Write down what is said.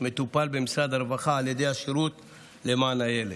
מטופל במשרד הרווחה על ידי השירות למען הילד.